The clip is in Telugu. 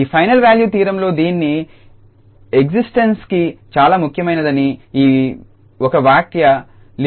ఈ ఫైనల్ వాల్యూ థీరం లో దీని ఏక్సిస్టేన్స్ కి చాలా ముఖ్యమైనదని ఒక వ్యాఖ్య లిమిట్ 𝑡→∞F𝑡 ఎందుకు